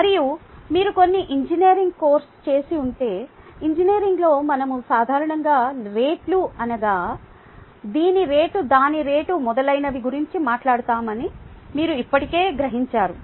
మరియు మీరు కొన్ని ఇంజనీరింగ్ కోర్సు చేసి ఉంటే ఇంజనీరింగ్లో మనం సాధారణంగా రేట్లు అనగా దీని రేటు దాని రేటు మొదలైనవి గురించి మాట్లాడుతామని మీరు ఇప్పటికే గ్రహించారు